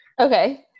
Okay